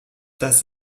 das